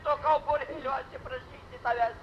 to kauburėlio atsiprašyti tavęs